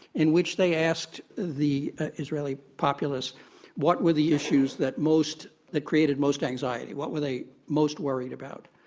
in which they asked the israeli populace what were the issues that most that created most anxiety, what were they most worried about.